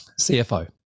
cfo